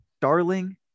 darling